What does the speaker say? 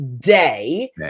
day